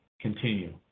continue